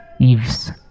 Eves